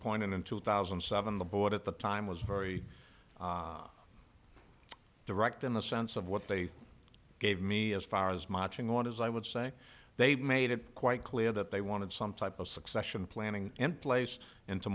pointed in two thousand and seven the board at the time was very direct in the sense of what they gave me as far as much in one as i would say they made it quite clear that they wanted some type of succession planning in place and to